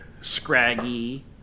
Scraggy